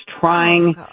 trying